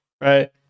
right